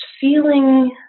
Feeling